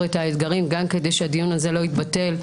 את האתגרים גם כדי שהדיון הזה לא יתבטל.